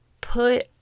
put